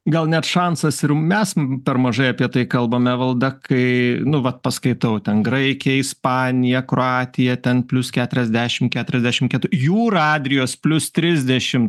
gal net šansas ir mes per mažai apie tai kalbam evalda kai nu vat paskaitau ten graikija ispanija kroatija ten plius keturiasdešim keturiasdešim jūra adrijos plius trisdešim